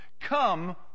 come